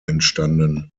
entstanden